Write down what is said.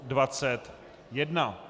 21.